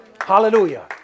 Hallelujah